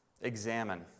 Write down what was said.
examine